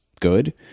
good